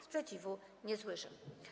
Sprzeciwu nie słyszę.